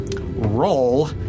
roll